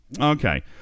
Okay